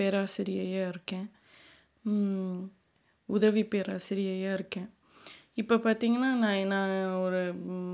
பேராசிரியையாக இருக்கேன் உதவி பேராசிரியையாக இருக்கேன் இப்போ பார்த்தீங்கனா நான் நான் ஒரு